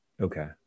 Okay